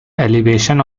elevation